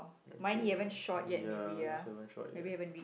okay ya yours haven't shot yet